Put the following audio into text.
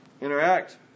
interact